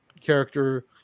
character